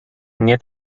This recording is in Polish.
nie